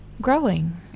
growing